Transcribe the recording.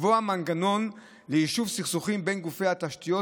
לקבוע מנגנון ליישוב סכסוכים בין גופי התשתיות